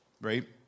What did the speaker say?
right